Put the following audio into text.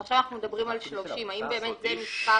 עכשיו אנחנו מדברים על 30 האם באמת זה מבחן